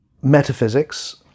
metaphysics